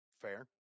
Fair